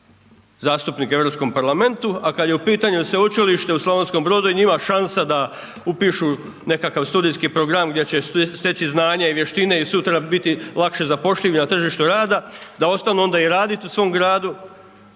zastupnike u Europskom parlamentu, a kad je u pitanju Sveučilište u Slavonskom Brodu i njima šansa da upišu nekakav studijski program gdje će steći znanje i vještine i sutra biti lakše zapošljivi na tržištu rada, da ostanu onda i radit u svom gradu,